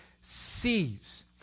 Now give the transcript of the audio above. sees